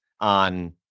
on